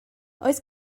oes